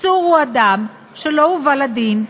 עצור הוא אדם שלא הובא לדין,